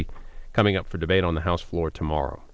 be coming up for debate on the house floor tomorrow